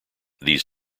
these